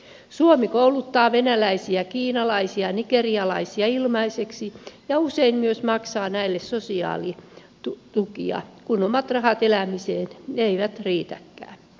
suomi kouluttaa venäläisiä kiinalaisia nigerialaisia ilmaiseksi ja usein myös maksaa näille sosiaalitukia kun omat rahat elämiseen eivät riitäkään